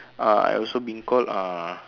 uh I also been called uh